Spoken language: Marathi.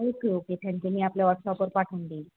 ओके ओके थँक्यू मी आपल्या वॉट्सअॲपवर पाठवून देईन